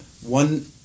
one